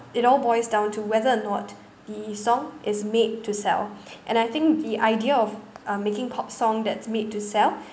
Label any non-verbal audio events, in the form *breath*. it all boils down to whether or not the song is made to sell *breath* and I think the idea of uh making pop song that's made to sell